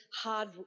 hard